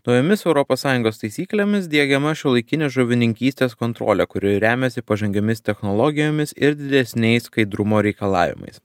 naujomis europos sąjungos taisyklėmis diegiama šiuolaikinė žuvininkystės kontrolė kuri remiasi pažangiomis technologijomis ir didesniais skaidrumo reikalavimais